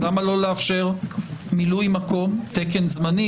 למה לא לאפשר מילוי מקום או תקן זמני?